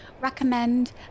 recommend